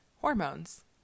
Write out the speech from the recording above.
hormones